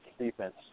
Defense